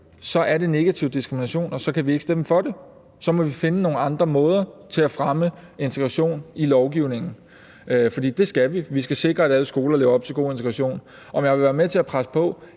er det negativ diskrimination, og så kan vi ikke stemme for det. Så må vi finde nogle andre måder at fremme integration på i lovgivningen. For det skal vi. Vi skal sikre, at alle skoler lever op til god integration. Om jeg vil være med til at presse på?